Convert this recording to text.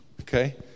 Okay